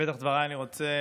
בפתח דבריי אני רוצה